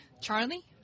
Charlie